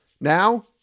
Now